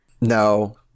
No